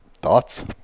thoughts